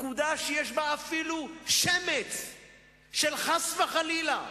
פקודה שיש בה אפילו שמץ של, חס וחלילה,